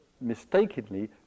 mistakenly